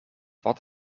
wat